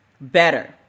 better